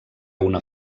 una